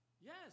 Yes